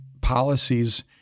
policies